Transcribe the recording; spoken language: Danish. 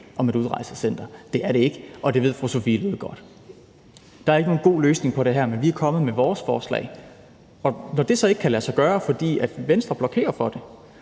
om et udrejsecenter. Det er det ikke, og det ved fru Sophie Løhde godt. Der er ikke nogen god løsning på det her, men vi er kommet med vores forslag, og når det så ikke kan lade sig gøre, fordi Venstre blokerer for det,